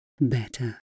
better